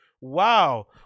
Wow